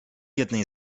jednej